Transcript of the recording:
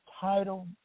title